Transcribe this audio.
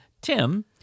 Tim